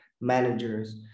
managers